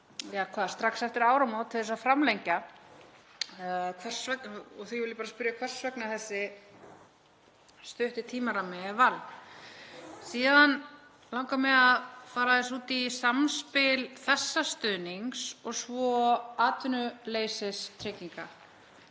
strax eftir áramót til að framlengja. Ég vil spyrja hvers vegna þessi stutti tímarammi er valinn. Síðan langar mig að fara aðeins út í samspil þessa stuðnings og svo atvinnuleysistrygginga.